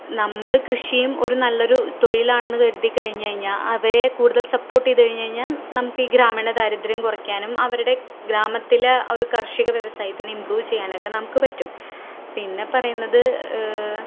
നമ്മൾ കൃഷിയും ഒരു നല്ല ഒരു തൊഴിലാണെന്ന് കരുതിക്കഴിഞ്ഞ് കഴിഞ്ഞാൽ അവയെ കൂടുതൽ സപ്പോർട്ട് ചെയ്ത് കഴിഞ്ഞ് കഴിഞ്ഞാൽ നമുക്ക് ഈ ഗ്രാമീണ ദാരിദ്ര്യം കുറക്കാനും അവരുടെ ഗ്രാമത്തിലെ ഒരു കാർഷിക വ്യാവസായത്തിനെ ഇംപ്രൂവ് ചെയ്യാനുമൊക്കെ നമുക്ക് പറ്റും പിന്നെ പറയുന്നത്